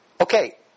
Okay